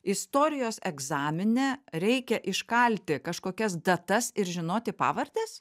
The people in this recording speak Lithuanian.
istorijos egzamine reikia iškalti kažkokias datas ir žinoti pavardes